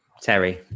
Terry